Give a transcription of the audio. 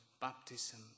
baptism